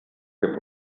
que